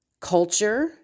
culture